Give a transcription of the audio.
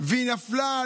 והיא נפלה,